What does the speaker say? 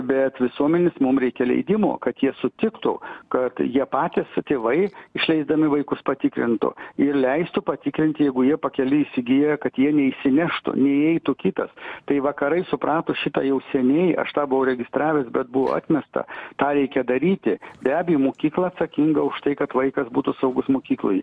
bet visuomenės mum reikia leidimo kad jie sutiktų kad jie patys tėvai išleisdami vaikus patikrintų ir leistų patikrint jeigu jie pakeliui įsigyja kad jie neįsineštų neįeitų kitas tai vakarai suprato šitą jau seniai aš tą buvau registravęs bet buvo atmesta tą reikia daryti be abejo mokykla atsakinga už tai kad vaikas būtų saugus mokykloj